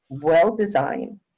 well-designed